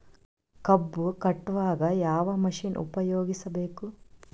ಕಬ್ಬು ಕಟಾವಗ ಯಾವ ಮಷಿನ್ ಉಪಯೋಗಿಸಬೇಕು?